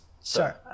sir